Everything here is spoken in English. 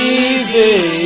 easy